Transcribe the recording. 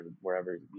wherever